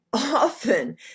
often